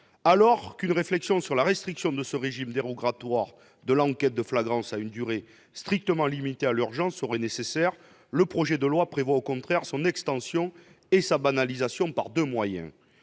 nécessaire de réfléchir à la restriction de ce régime dérogatoire de l'enquête de flagrance à une durée strictement limitée à l'urgence, le projet de loi prévoit au contraire son extension et sa banalisation par deux moyens.